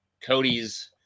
Cody's